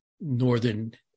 Northern